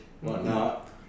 whatnot